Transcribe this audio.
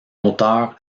auteur